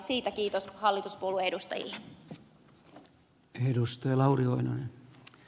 siitä kiitos hallituspuolueiden edustajille